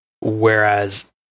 Whereas